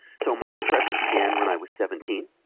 so my depression began when i was seventeen,